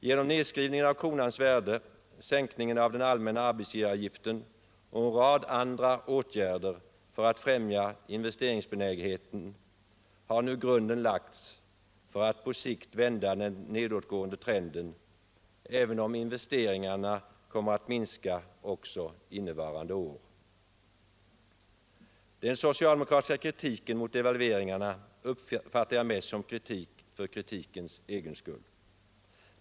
Genom nedskrivningen av kronans värde, sänkningen av den allmänna arbetsgivaravgiften och en rad andra åtgärder för att främja investeringsbenägenheten har nu grunden lagts för att på sikt vända den nedåtgående trenden även om investeringarna kommer att minska också innevarande år. Den socialdemokratiska kritiken mot devalveringarna uppfattar jag mest som kritik för kritikens egen skull.